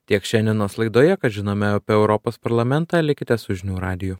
tiek šiandienos laidoje ką žinome apie europos parlamentą likite su žinių radiju